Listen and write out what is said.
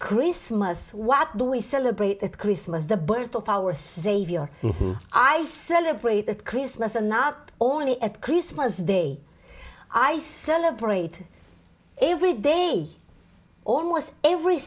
christmas what do we celebrate christmas the birth of our savior i celebrate christmas and not only at christmas day i celebrate every day almost every